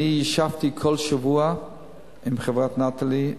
בארבעת החודשים האחרונים אני ישבתי כל שבוע עם חברת "נטלי"